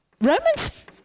Romans